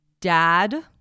Dad